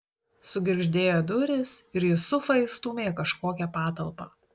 sugirgždėjo durys ir jusufą įstūmė į kažkokią patalpą